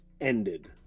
ended